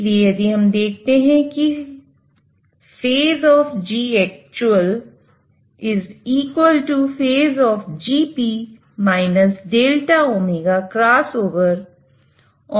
इसलिए यदि हम देखते हैं की phase of Gactual phase of Gp delta ωcross over